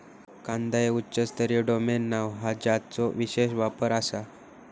कांदा हे उच्च स्तरीय डोमेन नाव हा ज्याचो विशेष वापर आसा